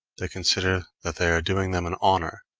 they consider they are doing them an honor.